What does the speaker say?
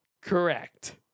Correct